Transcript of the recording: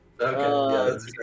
okay